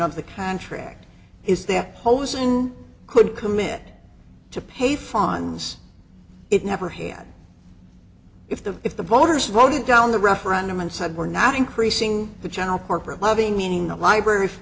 of the contract is there hosing could commit to pay fines it never had if the if the voters voted down the referendum and said we're not increasing the channel corporate lobbying meaning the librar